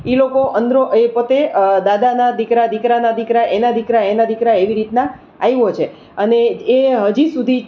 એ લોકો અંદરો એ પોતે દાદાના દીકરા દીકરાના દીકરા એના દીકરા એના દીકરા એવી રીતના આવ્યો છે અને એ હજી સુધી